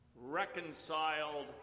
reconciled